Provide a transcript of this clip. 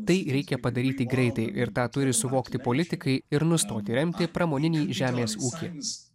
tai reikia padaryti greitai ir tą turi suvokti politikai ir nustoti remti pramoninį žemės ūkį